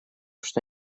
что